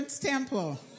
temple